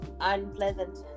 unpleasant